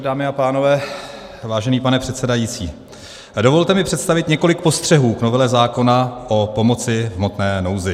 Dámy a pánové, vážený pane předsedající, dovolte mi představit několik postřehů k novele zákona o pomoci v hmotné nouzi.